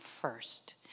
first